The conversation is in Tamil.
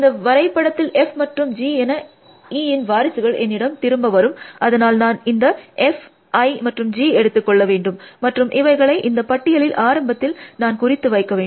இந்த வரைப்படத்தில் F மற்றும் G என Eன் வாரிசுகள் என்னிடம் திரும்ப வரும் அதனால் நான் இந்த F I மற்றும் G எடுத்து கொள்ள வேண்டும் மற்றும் இவைகளை இந்த பட்டியலில் ஆரம்பத்தில் நான் குறித்து வைக்க வேண்டும்